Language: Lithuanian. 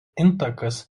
intakas